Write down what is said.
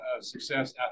success